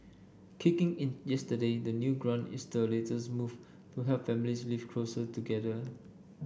kicking in yesterday the new grant is the latest move to help families live closer together